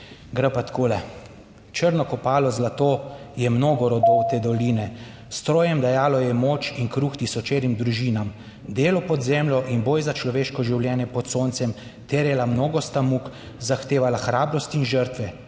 gre pa takole: "Črno kopalo zlato je mnogo rodov te doline, strojem dajalo je moč in kruh tisočerim družinam. Delo pod zemljo in boj za človeško življenje pod soncem terjala mnogo sta muk, zahtevala hrabrost in žrtve.